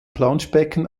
planschbecken